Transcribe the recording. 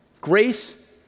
grace